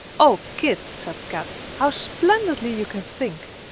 o kit, said kat, how splendidly you can think!